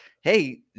Hey